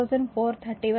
8 watt 4